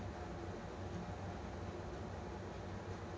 नाचणीसाठी कोणती माती लागते?